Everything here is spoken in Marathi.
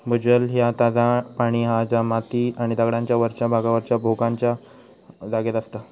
भूजल ह्या ताजा पाणी हा जा माती आणि दगडांच्या वरच्या भागावरच्या भोकांच्या जागेत असता